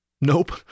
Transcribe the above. Nope